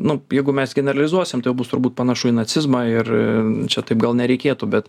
nu jeigu mes generalizuosim tai bus turbūt panašu į nacizmą ir čia taip gal nereikėtų bet